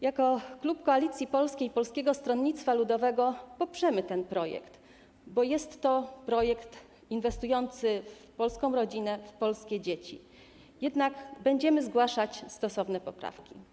Jako klub Koalicja Polska - Polskie Stronnictwo Ludowe poprzemy ten projekt, bo jest to projekt inwestujący w polską rodzinę, w polskie dzieci, jednak będziemy zgłaszać stosowne poprawki.